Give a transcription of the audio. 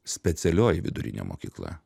specialioji vidurinė mokykla